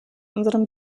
unserem